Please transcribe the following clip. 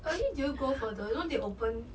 uh actually did you go for the you know they open